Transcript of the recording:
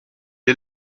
est